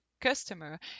customer